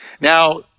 Now